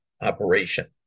operation